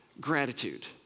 gratitude